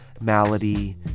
malady